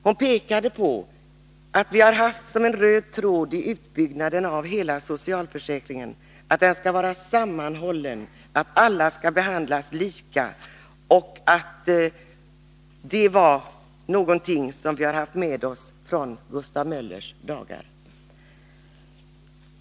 Hon pekade på att vi har haft som en röd tråd i hela socialförsäkringen att den skall vara sammanhållen, att alla skall behandlas lika — och att detta är något som vi har haft med oss från Gustav Möllers dagar.